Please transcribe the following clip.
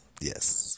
Yes